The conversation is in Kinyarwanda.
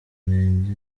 murenge